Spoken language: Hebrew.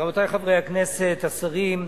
רבותי חברי הכנסת, השרים,